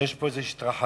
שיש פה איזו התרחבות,